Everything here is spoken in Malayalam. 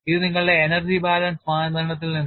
ഇത് നിങ്ങളുടെ എനർജി ബാലൻസ് മാനദണ്ഡത്തിൽ നിന്നാണ്